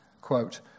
Quote